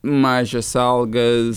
mažos algas